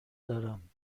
دارم